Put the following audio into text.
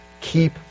keep